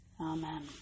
Amen